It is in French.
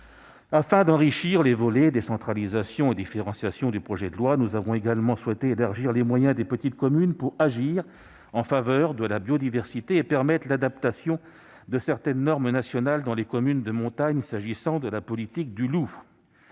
Afin d'enrichir les volets « décentralisation » et « différenciation » du projet de loi, nous avons également souhaité élargir les moyens des petites communes pour agir en faveur de la biodiversité et permettre l'adaptation de certaines normes nationales dans les communes de montagne s'agissant de la « politique du loup